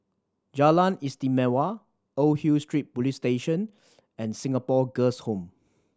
Jalan Istimewa Old Hill Street Police Station and Singapore Girls' Home